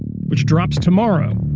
which drops tomorrow.